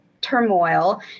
turmoil